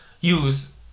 use